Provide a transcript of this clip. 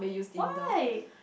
why